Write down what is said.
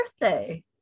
birthday